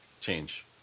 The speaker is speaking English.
change